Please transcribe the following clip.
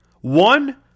One